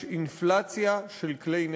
יש אינפלציה של כלי נשק.